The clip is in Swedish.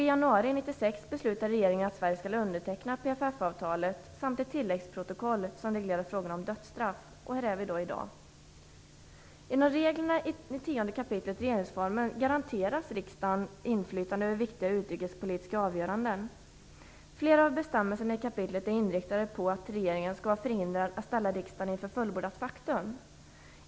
I januari 1996 beslutade regeringen att Sverige skall underteckna PFF-avtalet samt om ett tilläggsprotokoll som reglerar frågan om dödsstraff. Var står vi då i dag? Genom reglerna i 10 kap. regeringsformen garanteras riksdagen inflytande över viktiga utrikespolitiska avgöranden. Flera av bestämmelserna i kapitlet är inriktade på att regeringen skall vara förhindrad att ställa riksdagen inför fullbordat faktum.